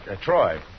Troy